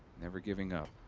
never giving up.